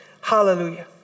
Hallelujah